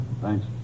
thanks